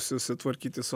susitvarkyti su